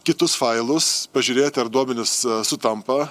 kitus failus pažiūrėti ar duomenys sutampa